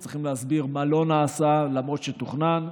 הם צריכים להסביר מה לא נעשה למרות שתוכנן,